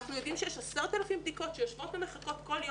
אנחנו יודעים שיש 10,000 בדיקות שיושבות ומחכות כל יום.